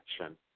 action